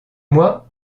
moi